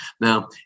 Now